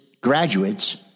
graduates